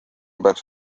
peaks